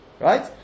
right